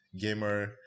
gamer